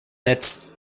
netz